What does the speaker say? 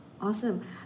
Awesome